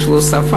יש לו שפה,